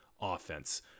offense